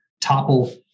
topple